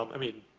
um i mean,